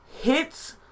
hits